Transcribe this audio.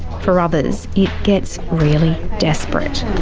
for others, it gets really desperate.